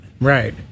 Right